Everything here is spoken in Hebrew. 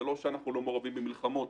זה לא שאנחנו לא מעורבים במלחמות